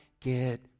get